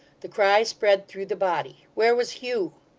the cry spread through the body. where was hugh!